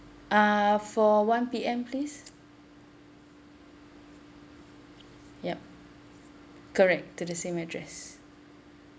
uh for one P_M please yup correct to the same address